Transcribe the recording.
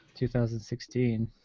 2016